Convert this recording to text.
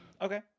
Okay